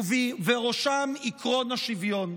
ובראשם עקרון השוויון.